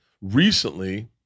recently